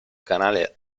canale